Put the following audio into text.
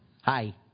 Hi